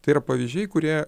tai yra pavyzdžiai kurie